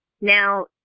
now